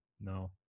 No